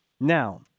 Now